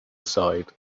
aside